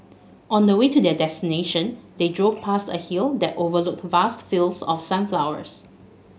on the way to their destination they drove past a hill that overlooked vast fields of sunflowers